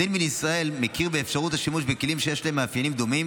הדין בישראל מכיר באפשרות השימוש בכלים שיש להם מאפיינים דומים,